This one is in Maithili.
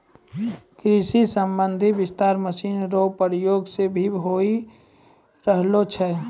कृषि संबंधी विस्तार मशीन रो प्रयोग से भी होय रहलो छै